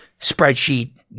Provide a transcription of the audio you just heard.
spreadsheet